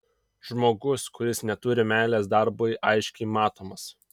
žmogus kuris neturi meilės darbui aiškiai matomas